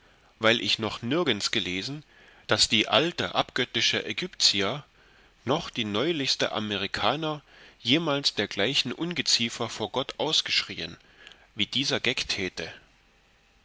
weil ich noch nirgends gelesen daß die alte abgöttische ägyptier noch die neulichste amerikaner jemals dergleichen ungeziefer vor gott ausgeschrieen wie dieser